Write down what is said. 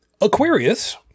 Aquarius